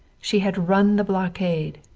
she had run the blockade,